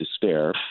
despair